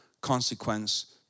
consequence